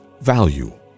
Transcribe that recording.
value